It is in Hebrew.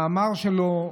מאמר שלו,